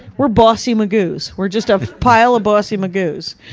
we're bossy magoos. we're just a pile of bossy magoos.